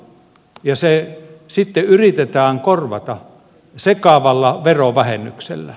se sitten yritetään korvata sekavalla verovähennyksellä